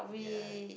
yeah